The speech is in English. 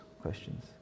questions